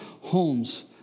homes